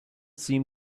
seem